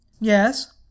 Yes